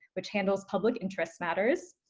which handles public interest matters,